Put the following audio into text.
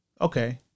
Okay